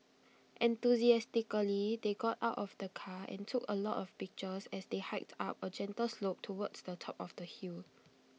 enthusiastically they got out of the car and took A lot of pictures as they hiked up A gentle slope towards the top of the hill